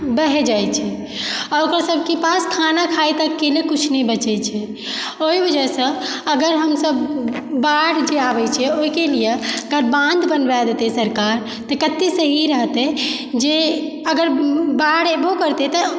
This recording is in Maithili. बहि जाइ छै आ ओकर सब के पास खाना खाए तक के ले कुछ नइँ बचै छै ओइ वजहसँ अगर हमसब बाढ़ जे आबै छै ओहि के लिए अगर बान्ध बनवाय देतै सरकार तऽ कते सही रहतै जे अगर बाढ़ एबो करतै तऽ